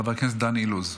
חבר הכנסת דן אילוז,